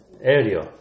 area